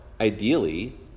ideally